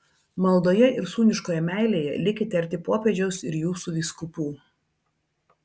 maldoje ir sūniškoje meilėje likite arti popiežiaus ir jūsų vyskupų